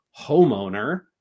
homeowner